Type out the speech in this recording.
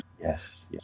yes